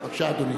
בבקשה, אדוני.